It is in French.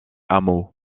hameau